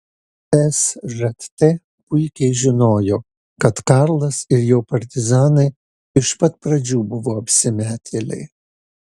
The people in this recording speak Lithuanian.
sžt puikiai žinojo kad karlas ir jo partizanai iš pat pradžių buvo apsimetėliai